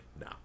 no